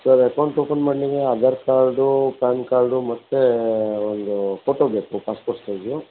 sir account open ಮಾಡ್ಲಿಕ್ಕೆ Aadhaar card PAN card ಮತ್ತು ಒಂದು ಫೋಟೋ ಬೇಕು ಪಾಸ್ಪೋರ್ಟ್ ಸೈಜು